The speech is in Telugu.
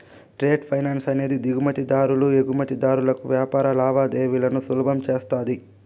ట్రేడ్ ఫైనాన్స్ అనేది దిగుమతి దారులు ఎగుమతిదారులకు వ్యాపార లావాదేవీలను సులభం చేస్తది